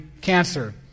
cancer